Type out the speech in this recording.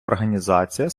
організація